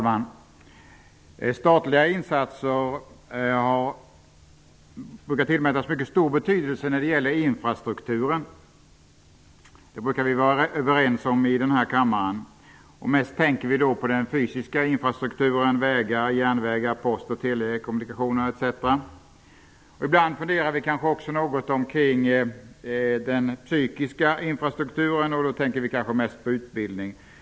Fru talman! Vi brukar här i kammaren vara överens om att statliga insatser skall tillmätas mycket stor betydelse för infrastrukturen. Vi tänker då oftast på den fysiska infrastrukturen -- vägar, järnvägar, post, telekommunikationer etc. Ibland funderar vi kanske också något omkring den intellektuella infrastrukturen och då kanske mest på utbildningen.